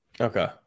okay